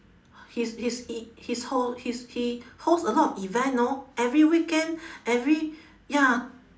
his his he his ho~ his he host a lot of event know every weekend every ya